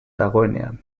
dagoenean